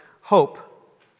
hope